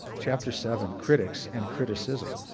chapter seven, critics and criticism.